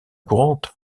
courantes